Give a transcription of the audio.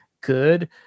good